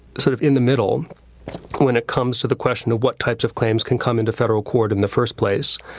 sort of in the middle when it comes to the question of what types of claims can come into federal court in the first place,